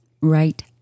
right